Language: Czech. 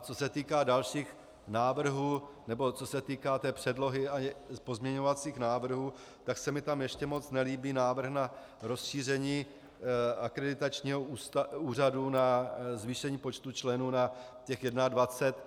Co se týká dalších návrhů, nebo co se týká té předlohy a pozměňovacích návrhů, tak se mi tam ještě moc nelíbí návrh na rozšíření akreditačního úřadu na zvýšení počtu členů na 21.